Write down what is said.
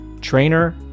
trainer